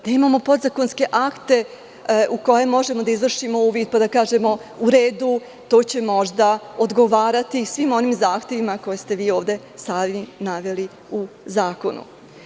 Nemamo podzakonske akte u koje možemo da izvršimo uvid pa da kažemo – u redu to će možda odgovarati svim onim zahtevima koje ste ovde naveli u zakonu.